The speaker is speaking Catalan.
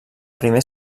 primer